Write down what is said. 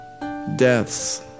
deaths